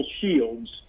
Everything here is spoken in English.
Shields